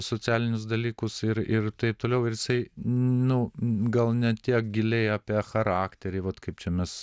socialinius dalykus ir ir taip toliau ir jisai nu gal ne tiek giliai apie charakterį vat kaip čia mes